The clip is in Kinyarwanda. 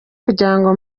kugirango